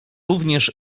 również